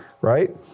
right